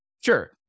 Sure